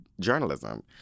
journalism